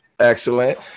Excellent